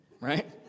right